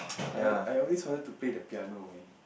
I I always wanted to play the piano man